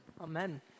Amen